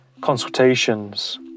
consultations